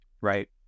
Right